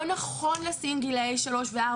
לא נכון לשים גילאי 3 ו-4,